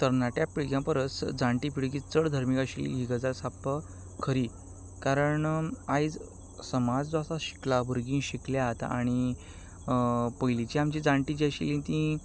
तरणाट्या पिळग्या परस जाणटी पिळगी ही चड धर्मीक आशिल्ली ही गजाल साप्प खरी कारण आयज समाज जो आसा शिकला भुरगी शिकल्यात आनी पयलींचीं आमची जाणटीं जीं आशिल्लीं तीं